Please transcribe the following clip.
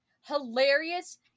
hilarious